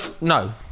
No